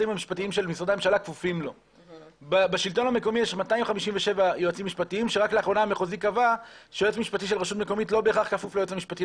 משרד הפנים יכול לבקש מהרשויות לפנות בקול קורא לאיתור מועמדים נציגי